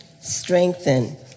strengthen